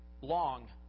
long